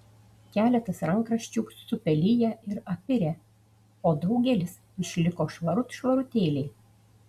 keletas rankraščių supeliję ir apirę o daugelis išliko švarut švarutėliai